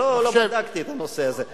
אני לא בדקתי את הנושא הזה.